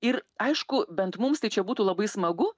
ir aišku bent mums tai čia būtų labai smagu